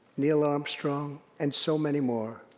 neil armstrong, and so many more.